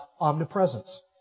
omnipresence